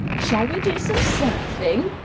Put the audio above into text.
shall we do some surfing?